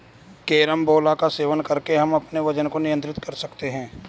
carambola का सेवन कर हम अपने वजन को नियंत्रित कर सकते हैं